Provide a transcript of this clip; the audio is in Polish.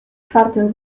czwartym